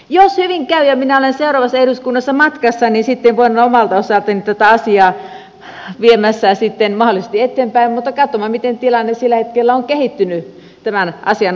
jos hyvin käy ja minä olen seuraavassa eduskunnassa matkassa niin sitten voin omalta osaltani tätä asiaa olla viemässä mahdollisesti eteenpäin mutta katsotaan miten tilanne sillä hetkellä on kehittynyt tämän asian osalta